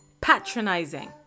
patronizing